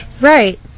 right